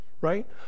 right